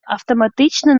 автоматично